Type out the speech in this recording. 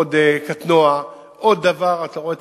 עוד קטנוע, עוד דבר, ואתה רואה את